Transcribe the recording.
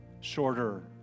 shorter